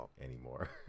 anymore